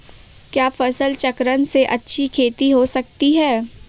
क्या फसल चक्रण से अच्छी खेती हो सकती है?